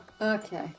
Okay